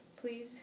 Please